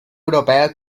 europea